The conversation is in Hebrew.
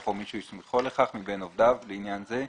או מי שהוא הסמיכו לכך מבין עובדיו לעניין זה,